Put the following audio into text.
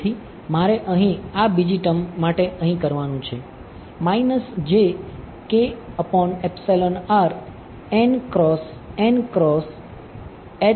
તેથી મારે અહીં આ બીજી ટર્મ માટે અહીં કરવાનું છે આ તે જ થશે જે બરાબર થશે